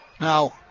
Now